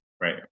right